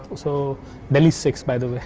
so delhi six by the way.